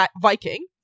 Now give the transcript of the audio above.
Viking